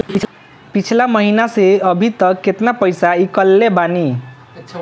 पिछला महीना से अभीतक केतना पैसा ईकलले बानी?